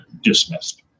dismissed